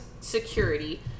security